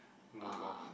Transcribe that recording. move off